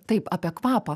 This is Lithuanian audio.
taip apie kvapą